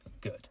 good